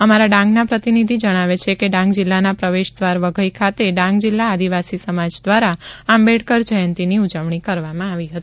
અમારા ડાંગના પ્રતિનિધિ જણાવે છે કે ડાંગ જિલ્લાના પ્રવેશદ્વાર વઘઈ ખાતે ડાંગ જિલ્લા આદિવાસી સમાજ દ્વારા આંબેડકર જયંતિની ઉજવણી કરવામાં આવી હતી